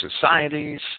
societies